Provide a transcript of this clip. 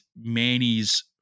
Manny's